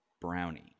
brownie